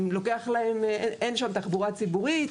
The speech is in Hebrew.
לוקח להם, אין שם תחבורה ציבורית.